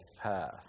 path